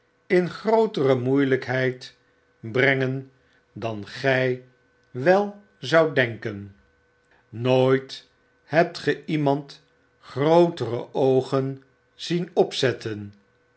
in grootere moeieiykheid brengen dan gy wel zoudt denken nooithebt ge iemand grootere oogen zien opzetten